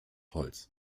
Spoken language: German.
holz